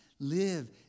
Live